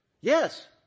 Yes